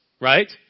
right